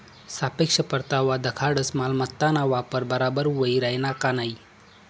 सापेक्ष परतावा दखाडस मालमत्ताना वापर बराबर व्हयी राहिना का नयी